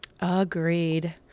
Agreed